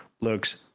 looks